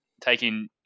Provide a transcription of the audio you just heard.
taking